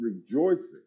rejoicing